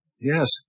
Yes